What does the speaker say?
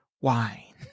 wine